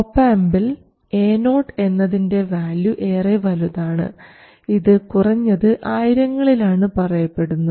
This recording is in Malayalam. ഒപാംപിൽ Ao എന്നതിൻറെ വാല്യൂ ഏറെ വലുതാണ് ഇത് കുറഞ്ഞത് ആയിരങ്ങളിൽ ആണ് പറയപ്പെടുന്നത്